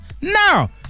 now